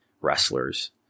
wrestlers